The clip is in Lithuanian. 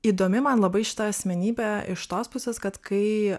įdomi man labai šita asmenybė iš tos pusės kad kai